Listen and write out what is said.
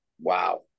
wow